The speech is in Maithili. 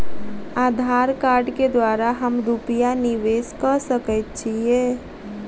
आधार कार्ड केँ द्वारा हम रूपया निवेश कऽ सकैत छीयै?